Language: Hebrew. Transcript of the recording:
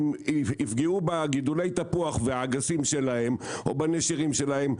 אם יפגעו בגידולי תפוח ובאגסים שלהם או בנשירים שלהם,